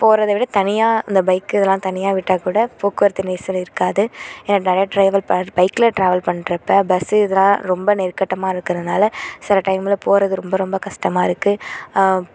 போகிறத விட தனியாக அந்த பைக்கு இதெல்லாம் தனியாக விட்டால் கூட போக்குவரத்து நெரிசல் இருக்காது ஏன்னா நிறையா ட்ராவல் பைக்கில் ட்ராவல் பண்ணுறப்ப பஸ்ஸு இதெல்லாம் ரொம்ப நெருக்கட்டமா இருக்குறதுனால சில டைமில் போகிறது ரொம்ப ரொம்ப கஷ்டமா இருக்குது